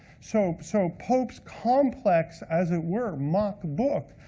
so so pope's complex, as it were, mock book,